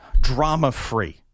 drama-free